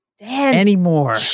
anymore